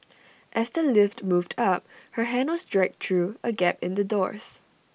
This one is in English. as the lift moved up her hand was dragged through A gap in the doors